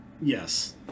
Yes